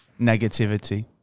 negativity